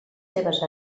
seves